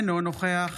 אינו נוכח